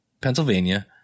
Pennsylvania